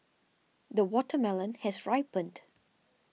the watermelon has ripened